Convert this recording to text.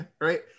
Right